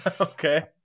Okay